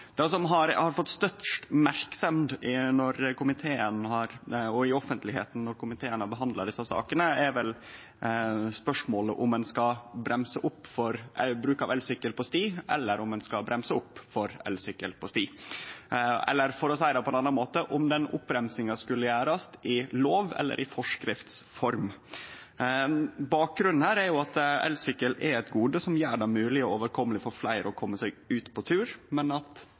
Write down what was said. Det som har fått størst merksemd, òg i offentlegheita, når komiteen har behandla desse sakene, er vel spørsmålet om ein skal bremse opp for bruk av elsykkel på sti, eller om ein skal bremse opp for elsykkel på sti – eller, for å seie det på ein annan måte: om den oppbremsinga skulle gjerast i lov eller i form av forskrift. Bakgrunnen her er at elsykkelen er eit gode som gjer det mogleg og overkomeleg for fleire å kome seg ut på tur, men at